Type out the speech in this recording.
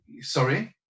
Sorry